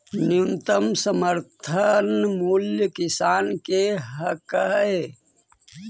न्यूनतम समर्थन मूल्य किसान के हक हइ